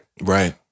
right